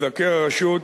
מבקר הרשות,